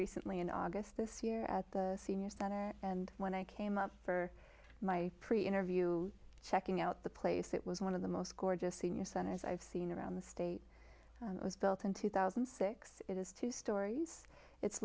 recently in august this year at the senior center and when i came up for my pre interview checking out the place it was one of the most gorgeous senior centers i've seen around the state was built in two thousand and six it is two stories it's